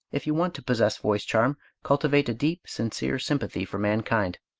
if you want to possess voice charm, cultivate a deep, sincere sympathy for mankind.